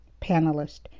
panelist